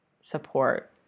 support